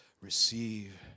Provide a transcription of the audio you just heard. receive